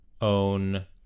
own